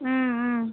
ம் ம்